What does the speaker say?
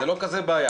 זו לא כזו בעיה.